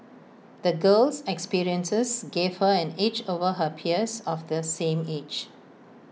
the girl's experiences gave her an edge over her peers of the same age